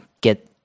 get